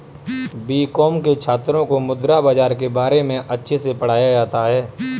BCom के छात्रों को मुद्रा बाजार के बारे में अच्छे से पढ़ाया जाता है